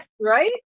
Right